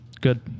good